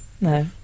No